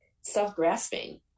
self-grasping